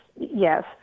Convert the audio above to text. yes